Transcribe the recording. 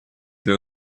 для